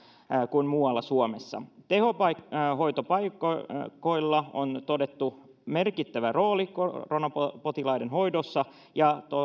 kuin muualla suomessa tehohoitopaikoilla on todettu olevan merkittävä rooli koronapotilaiden hoidossa ja